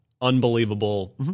unbelievable